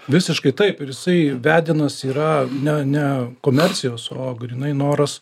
visiškai taip ir jisai vedinas yra ne ne komercijos o grynai noras